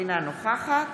אינה נוכחת